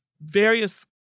various